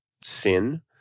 sin